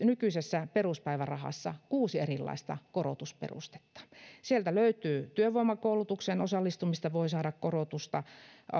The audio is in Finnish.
nykyisessä peruspäivärahassa kuusi erilaista korotusperustetta sieltä löytyy se että työvoimakoulutukseen osallistumisesta voi saada korotusta